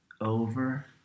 over